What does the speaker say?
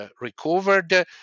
recovered